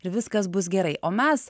ir viskas bus gerai o mes